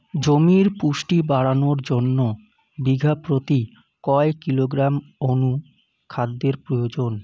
জমির পুষ্টি বাড়ানোর জন্য বিঘা প্রতি কয় কিলোগ্রাম অণু খাদ্যের প্রয়োজন?